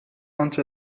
آنچه